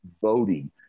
voting